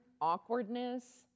awkwardness